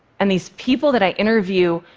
and these people that i interview,